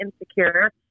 insecure